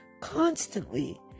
constantly